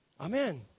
Amen